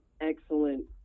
excellent